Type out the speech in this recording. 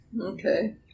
Okay